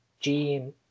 gene